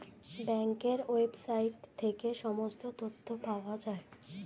ব্যাঙ্কের ওয়েবসাইট থেকে সমস্ত তথ্য পাওয়া যায়